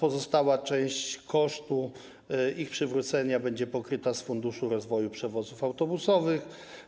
Pozostała część kosztów ich przywrócenia miała być pokryta z funduszu rozwoju przewozów autobusowych.